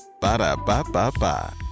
Ba-da-ba-ba-ba